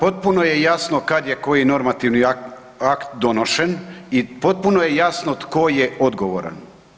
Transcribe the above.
Dakle, potpuno je jasno kad je koji normativni akt donošen i potpuno je jasno tko je odgovoran.